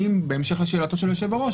בהמשך לשאלתו של היושב-ראש,